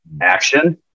Action